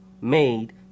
made